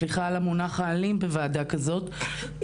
סליחה על המונח האלים בוועדה שכזו,